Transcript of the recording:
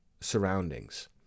surroundings